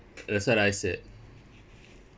that's what I said